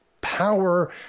power